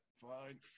fine